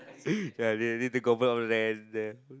ya they they convert all there there